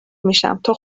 میشم، تو